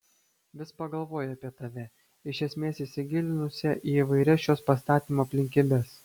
vis pagalvoju apie tave iš esmės įsigilinusią į įvairias šios pastatymo aplinkybes